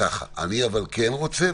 אני אבל כן רוצה,